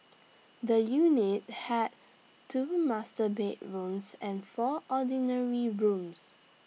the unit had two master bedrooms and four ordinary rooms